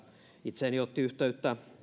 itseeni otti yhteyttä